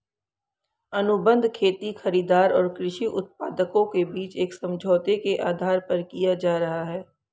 अनुबंध खेती खरीदार और कृषि उत्पादकों के बीच एक समझौते के आधार पर किया जा रहा है